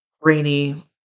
rainy